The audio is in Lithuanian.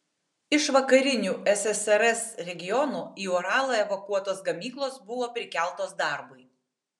iš vakarinių ssrs regionų į uralą evakuotos gamyklos buvo prikeltos darbui